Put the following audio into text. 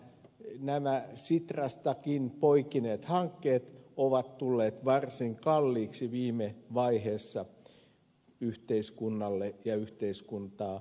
nämä sitrastakin poikineet hankkeet ovat viime vaiheessa tulleet varsin kalliiksi yhteiskunnalle ja yhteiskuntaa ylläpitäville veronmaksajille